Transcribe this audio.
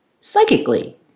psychically